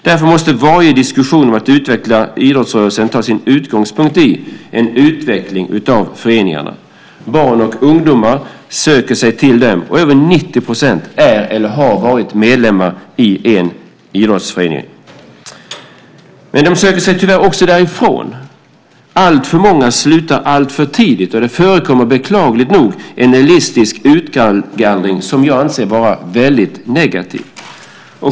Därför måste varje diskussion om att utveckla idrottsrörelsen ta sin utgångspunkt i en utveckling av föreningarna. Barn och ungdomar söker sig till dem, och över 90 % är eller har varit medlemmar i en idrottsförening. Men de söker sig tyvärr också därifrån. Alltför många slutar alltför tidigt. Det förekommer, beklagligt nog, en elitistisk utgallring som jag anser vara väldigt negativ.